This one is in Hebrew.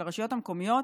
של הרשויות המקומיות,